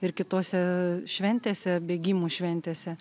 ir kitose šventėse bėgimų šventėse